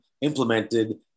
implemented